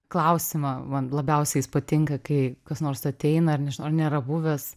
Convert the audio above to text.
klausimą man labiausiai jis patinka kai kas nors ateina ar nežinau ar nėra buvęs